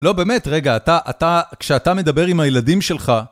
לא באמת, רגע, אתה, אתה, כשאתה מדבר עם הילדים שלך...